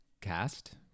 cast